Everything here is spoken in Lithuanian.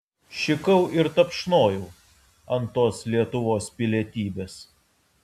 šikau ir tapšnojau ant tos lietuvos pilietybės